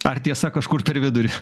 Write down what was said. ar tiesa kažkur per vidurį